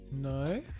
No